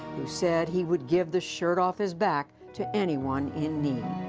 who said he would give the shirt off his back to anyone in need.